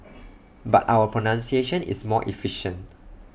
but our pronunciation is more efficient